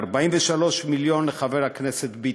43 מיליון לחבר הכנסת ביטן,